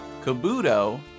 Kabuto